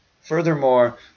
furthermore